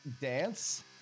dance